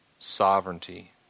Sovereignty